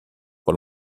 pour